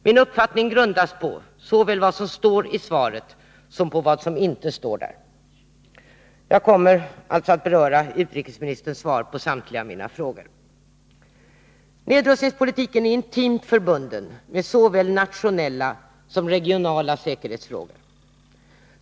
Min uppfattning grundas på såväl vad som står i svaret som vad som inte står där. Jag kommer alltså att beröra utrikesministerns svar på samtliga mina frågor. Nedrustningspolitiken är intimt förbunden med såväl nationella som regionala säkerhetsfrågor.